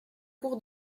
cour